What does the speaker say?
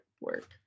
work